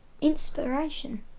inspiration